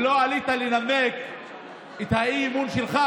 ולא עלית לנמק את האי-אמון שלך,